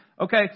Okay